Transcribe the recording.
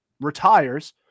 retires